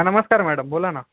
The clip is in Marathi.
हां नमस्कार मॅडम बोला ना